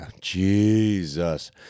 Jesus